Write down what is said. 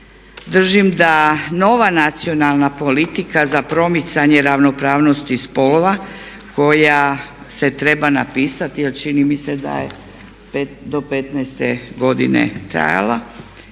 držim da nova nacionalna politika za promicanje ravnopravnosti spolova koja se treba napisati jer čini mi se da je do 2015. trajala,